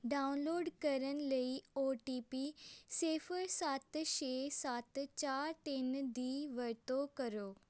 download ਕਰਨ ਲਈ O T P ਸਿਫ਼ਰ ਸੱਤ ਛੇ ਸੱਤ ਚਾਰ ਤਿੰਨ ਦੀ ਵਰਤੋਂ ਕਰੋ